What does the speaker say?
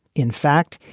in fact,